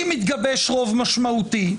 אם יתגבש רוב משמעותי,